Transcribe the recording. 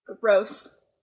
Gross